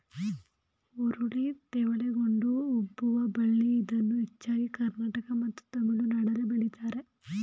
ಹುರುಳಿ ತೆವಳಿಕೊಂಡು ಹಬ್ಬುವ ಬಳ್ಳಿ ಇದನ್ನು ಹೆಚ್ಚಾಗಿ ಕರ್ನಾಟಕ ಮತ್ತು ತಮಿಳುನಾಡಲ್ಲಿ ಬೆಳಿತಾರೆ